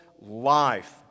life